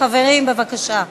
חברים, בבקשה.